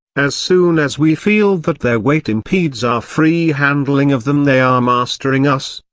as soon as we feel that their weight impedes our free handling of them they are mastering us,